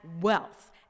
wealth